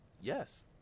yes